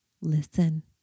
listen